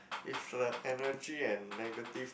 if a energy and negative